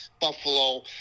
Buffalo